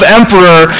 emperor